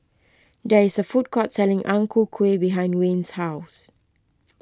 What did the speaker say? there is a food court selling Ang Ku Kueh behind Wayne's house